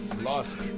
Lost